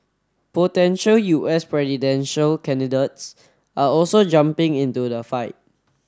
potential U S presidential candidates are also jumping into the fight